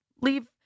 leave